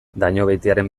dañobeitiaren